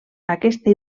aquesta